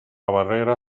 barrera